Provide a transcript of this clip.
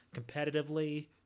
competitively